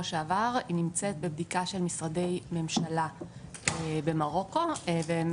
שעבר היא נמצאת בבדיקה של משרדי הממשלה במרוקו והם